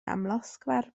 amlosgfa